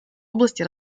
области